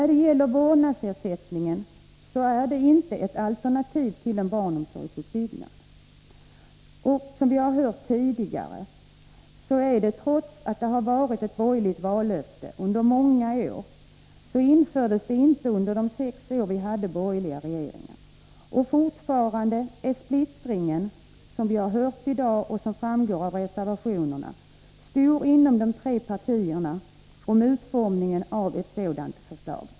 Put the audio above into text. Vårdnadsersättning är inte ett alternativ till en barnomsorgsutbyggnad. Trots att detta har varit ett borgerligt vallöfte under många år infördes det inte under de sex år vi hade borgerliga regeringar. Fortfarande är splittringen stor inom de tre partierna om utformningen av ett sådant förslag, som vi har hört i dag och som framgår av reservationerna.